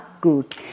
Good